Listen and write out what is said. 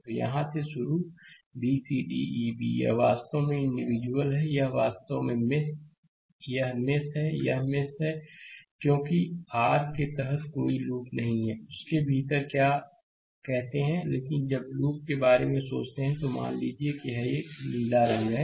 तो यहां से शुरू b c d e b यह वास्तव में इंडिविजुअल है यह वास्तव में मेष है यह एक मेष है यह मेष है क्योंकि r के तहत कोई लूप नहीं है उस के भीतर क्या कहते हैं लेकिन जब लूप के बारे में सोचते हैं तो मान लीजिए कि यह एक नीला रंग है